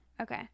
Okay